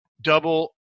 double